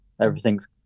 everything's